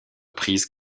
prise